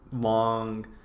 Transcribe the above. long